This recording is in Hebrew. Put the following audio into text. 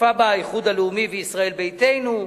השתתפו בה האיחוד הלאומי וישראל ביתנו,